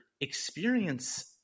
experience